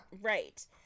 Right